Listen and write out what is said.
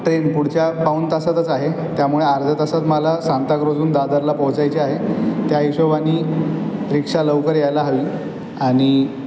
train पुढच्या पाऊण तासातच आहे त्यामुळे आर्ध्या तासात माला सांताक्रूझहून दादरला पोहोचायचे आहे त्या हिशोबानी रिक्षा लवकर यायला हवी आणि